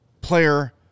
player